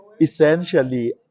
Essentially